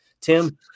Tim